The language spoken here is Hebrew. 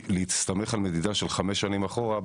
ולהסתמך על מדידה של חמש שנים אחורה,